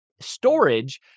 storage